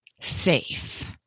safe